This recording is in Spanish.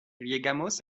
llegamos